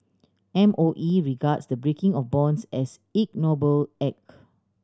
M O E regards the breaking of bonds as ignoble act